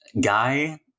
Guy